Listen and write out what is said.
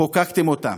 חוקקתם אותם,